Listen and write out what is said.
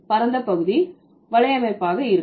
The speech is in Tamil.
WAN பரந்த பகுதி வலையமைப்பாக இருக்கும்